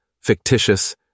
fictitious